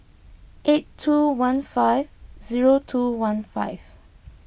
eight two one five zero two one five